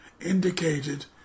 indicated